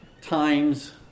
times